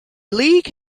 league